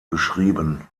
beschrieben